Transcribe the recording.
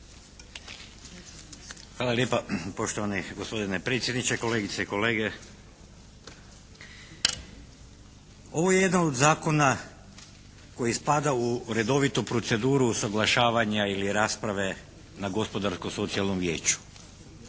Hvala lijepa poštovani gospodine predsjedniče. Kolegice i kolege ovo je jedan od zakona koji spada u redovitu proceduru usuglašavanja ili rasprave na Gospodarsko-socijalnom vijeću.